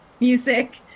music